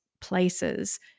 places